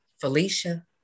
Felicia